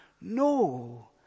No